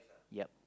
yup